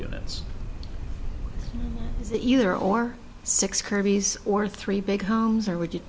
units it's either or six kirby's or three big homes or would you